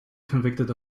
convicted